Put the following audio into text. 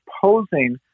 posing